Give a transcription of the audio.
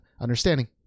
understanding